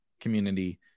community